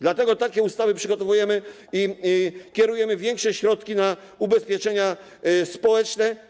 Dlatego też takie ustawy przygotowujemy i kierujemy większe środki na ubezpieczenia społeczne.